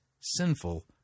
sinful